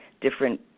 different